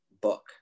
book